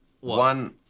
One